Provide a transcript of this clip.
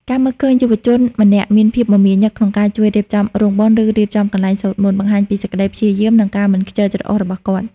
ការមើលឃើញយុវជនម្នាក់មានភាពមមាញឹកក្នុងការជួយរៀបចំរោងបុណ្យ ឬរៀបចំកន្លែងសូត្រមន្ត បង្ហាញពីសេចក្ដីព្យាយាម និងការមិនខ្ជិលច្រអូសរបស់គាត់។